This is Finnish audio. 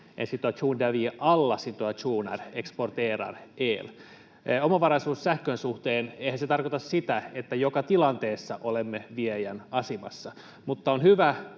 en situation där vi i alla situationer exporterar el. Omavaraisuus sähkön suhteen, eihän se tarkoita sitä, että joka tilanteessa olemme viejän asemassa, mutta on hyvä,